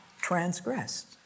transgressed